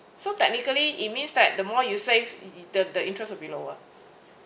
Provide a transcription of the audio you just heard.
so technically it means that the more you save it it the~ the interest will be lower